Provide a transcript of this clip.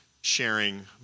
sharing